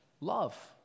love